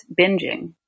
binging